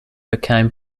became